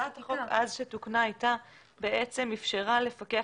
הצעת החוק אז שתוקנה בעצם איפשרה לפקח